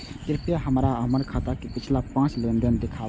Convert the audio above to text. कृपया हमरा हमर खाता के पिछला पांच लेन देन दिखाबू